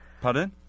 Pardon